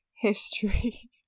history